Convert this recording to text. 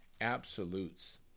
absolutes